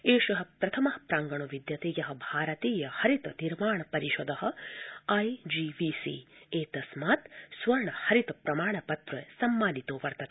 एषः प्रथमः प्रांगणो विद्यते यः भारतीय हरित निर्माण परिषदः आईजीवीसी एतस्मात् स्वर्ण हरित प्रमाण पत्र सम्मानितो वर्तते